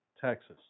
Texas